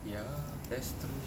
ya that's true